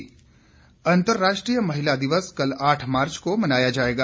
महिला दिवस अंतरराष्ट्रीय महिला दिवस कल आठ मार्च को मनाया जायेगा